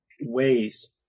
ways